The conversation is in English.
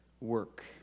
work